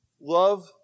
love